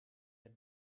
had